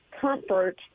comfort